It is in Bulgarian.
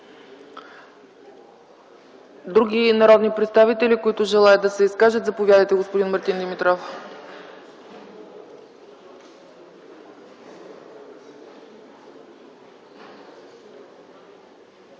Други народни представители, които желаят да се изкажат? Заповядайте, господин Димитров.